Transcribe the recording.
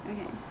Okay